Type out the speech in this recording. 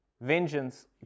vengeance